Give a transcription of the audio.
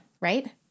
right